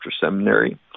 seminary